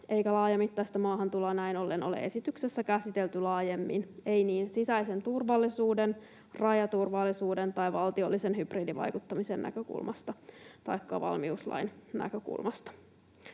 eikä laajamittaista maahantuloa näin ollen ole esityksessä käsitelty laajemmin — ei sisäisen turvallisuuden, rajaturvallisuuden tai valtiollisen hybridivaikuttamisen näkökulmasta taikka valmiuslain näkökulmasta.